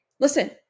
Listen